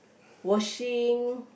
washing